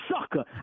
sucker